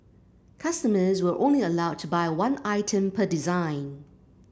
customers were only allowed to buy one item per design